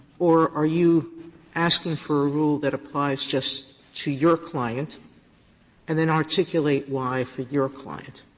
or are you asking for a rule that applies just to your client and then articulate why for your client?